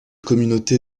communauté